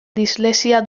dislexia